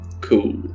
Cool